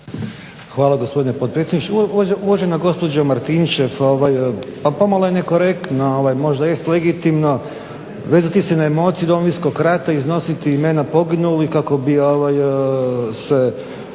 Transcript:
Hvala gospodine potpredsjedniče. Uvažena gospođo Martinčev pa pomalo je nekorektno možda jest legitimno vezati se na emocije Domovinskog rata i iznositi imena poginulih kako bi se